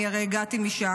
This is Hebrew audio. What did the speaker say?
אני הרי הגעתי משם.